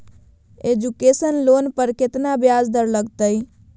Education loan पर केतना ब्याज दर लगतई?